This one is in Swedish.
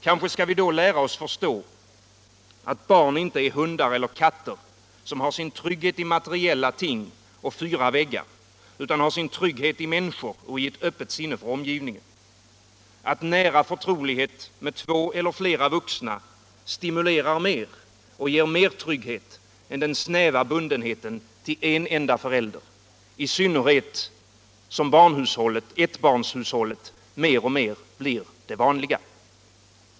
Kanske skall vi då lära oss förstå att barn inte är hundar eller kattor, som har sin trygghet i materiella ting och fyra väggar, utan har sin trygghet i människor och i ett öppet sinne för omgivningen. Att nära förtrolighet med två eller flera vuxna stimulerar mer och ger mer trygghet än den snäva bundenheten till en enda förälder — i synnerhet som ettbarnshushållet mer och mer blir det vanliga.